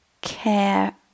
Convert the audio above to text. care